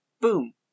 Boom